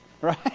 Right